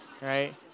right